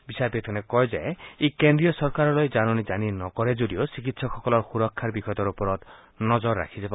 বিচাৰপীঠখনে কয় যে ই কেন্দ্ৰীয় চৰকাৰলৈ জাননী জাৰী নকৰে যদিও চিকিৎসকলৰ সুৰক্ষাৰ বিষয়টোৰ ওপৰত নজৰ ৰাখি যাব